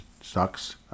sucks